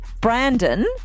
Brandon